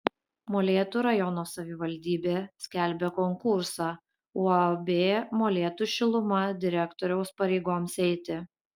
molėtų rajono savivaldybė skelbia konkursą uab molėtų šiluma direktoriaus pareigoms eiti